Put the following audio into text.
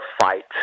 fight